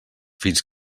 fins